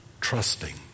trusting